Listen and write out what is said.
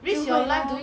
就会 lor